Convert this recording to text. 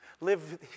live